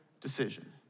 decision